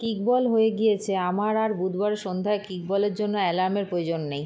kickball হয়ে গিয়েছে আমার আর বুধবার সন্ধ্যায় কিকবলের জন্য অ্যালার্মের প্রয়োজন নেই